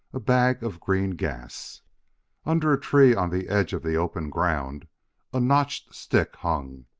a bag of green gas under a tree on the edge of the open ground a notched stick hung.